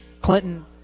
Clinton